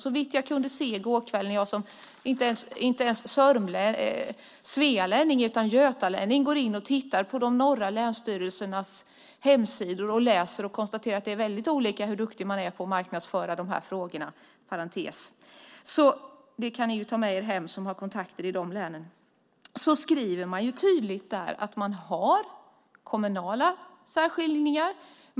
Såvitt jag i går kväll kunde konstatera när jag som inte ens svealänning utan som götalänning gick in och tittade på de norra länsstyrelsernas hemsidor är det väldigt olika hur duktig man är på att marknadsföra de här frågorna - detta sagt inom parentes, men det kan ni som har kontakter med länen i fråga ta med er hem. Det står tydligt att man har kommunala särskiljningar.